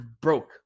broke